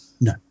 No